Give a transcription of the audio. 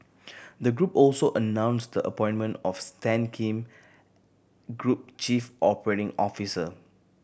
the group also announced the appointment of Stan Kim group chief operating officer